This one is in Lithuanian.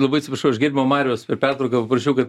labai atsiprašau aš gerbiamo mariaus per pertrauką paprašiau kad